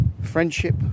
Friendship